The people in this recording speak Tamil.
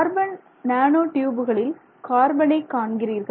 கார்பன் நானோ டியூபுகளில் கார்பனை காண்கிறீர்கள்